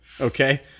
Okay